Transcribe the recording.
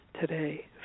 today